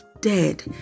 dead